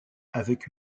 avec